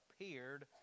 appeared